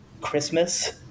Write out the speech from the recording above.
Christmas